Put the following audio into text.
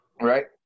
Right